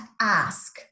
ask